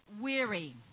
weary